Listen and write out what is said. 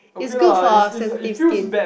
it's good for sensitive skin